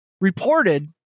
reported